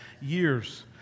years